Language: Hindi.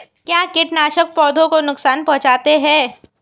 क्या कीटनाशक पौधों को नुकसान पहुँचाते हैं?